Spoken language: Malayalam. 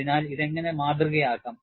അതിനാൽ ഇത് എങ്ങനെ മാതൃകയാക്കാം